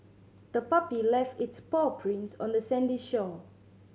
the puppy left its paw prints on the sandy shore